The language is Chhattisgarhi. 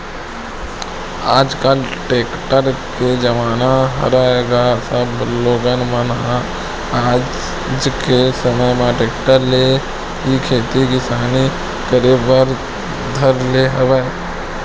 आजकल टेक्टर के जमाना हरय गा सब लोगन मन ह आज के समे म टेक्टर ले ही खेती किसानी करे बर धर ले हवय